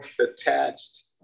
attached